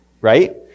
right